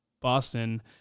Boston